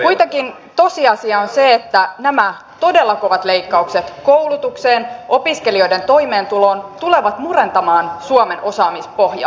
kuitenkin tosiasia on se että nämä todella kovat leikkaukset koulutukseen ja opiskelijoiden toimeentuloon tulevat murentamaan suomen osaamispohjaa